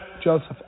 Joseph